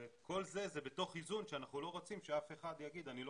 וכל זה תוך איזון שאנחנו לא רוצים שאף אחד יגיד שהוא לא